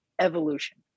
Evolution